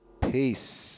peace